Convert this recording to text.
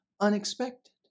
unexpected